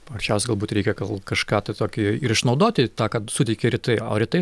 paprasčiausiai galbūt reikia gal kažką tai tokio ir išnaudoti tą kad suteikia rytai o rytai